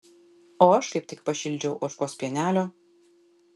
o aš kaip tik pašildžiau ožkos pienelio